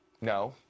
No